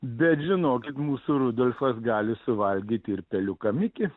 bet žinokit mūsų rudolfas gali suvalgyti ir peliuką mikį